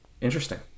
interesting